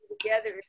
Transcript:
together